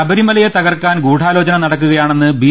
ശബരിമലയെ തകർക്കാൻ ഗൂഢാലോചന നടക്കുകയാ ണെന്ന് ബി